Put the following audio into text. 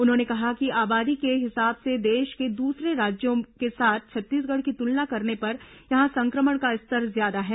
उन्होंने कहा कि आबादी के हिसाब से देश के दूसरे राज्यों के साथ छत्तीसगढ़ की तुलना करने पर यहां संक्रमण का स्तर ज्यादा है